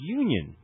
union